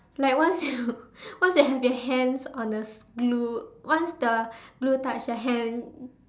like once you once you have your hands on the glue once the glue touch the hand